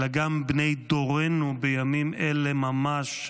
אלא גם בני דורנו בימים אלה ממש.